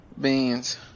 Beans